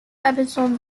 episodes